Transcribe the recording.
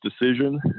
decision